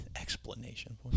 explanation